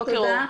תודה.